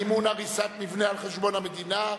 מימון הריסת מבנה על חשבון המדינה),